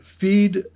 Feed